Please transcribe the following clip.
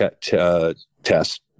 test